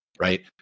Right